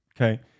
Okay